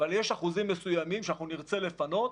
אבל יש אחוזים מסוימים שאנחנו נרצה לפנות,